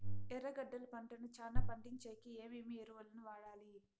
ఎర్రగడ్డలు పంటను చానా పండించేకి ఏమేమి ఎరువులని వాడాలి?